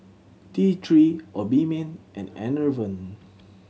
T Three Obimin and Enervon